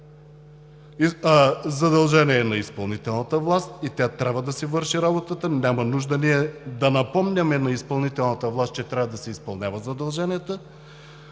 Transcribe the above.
Задължение е на изпълнителната власт и тя трябва да си върши работата. Няма нужда ние да напомняме на изпълнителната власт, че трябва да си изпълнява задълженията.